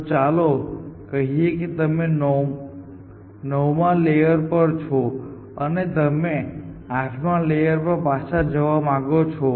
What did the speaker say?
તો ચાલો કહીએ કે તમે નવમા લેયર પર છો અને તમે આઠમા લેયર પર પાછા જવા માંગો છો